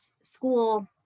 school